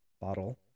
bottle